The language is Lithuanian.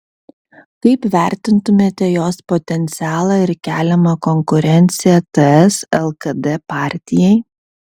kaip vertintumėte jos potencialą ir keliamą konkurenciją ts lkd partijai